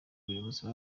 abayobozi